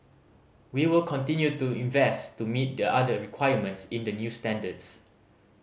we will continue to invest to meet the other requirements in the new standards